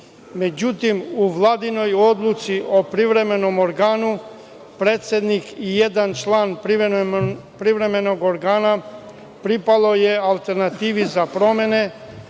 Albanaca.Međutim, u Vladinoj odluci o privremenom organu, predsednik i jedan član privremenog organa pripalo je Alternativi za promene